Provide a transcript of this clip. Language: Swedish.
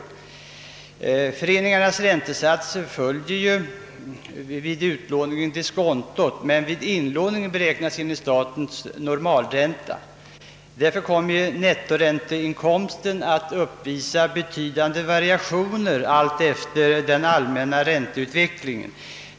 Då föreningarnas räntesats vid utlåningen följer diskontot, medan beräkningen vid inlåningen sker enligt statens normalränta, kommer nettoränteinkomsten att uppvisa betydande variationer alltefter den allmänna ränteutvecklingen.